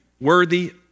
worthy